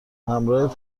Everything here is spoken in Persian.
همراه